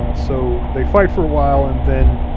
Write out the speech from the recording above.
ah so they fight for a while, and then